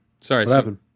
sorry